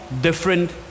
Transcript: different